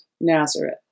Nazareth